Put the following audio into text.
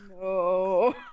No